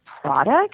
product